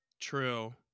true